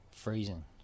freezing